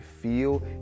feel